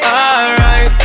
alright